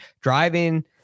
driving